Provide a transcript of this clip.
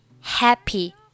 happy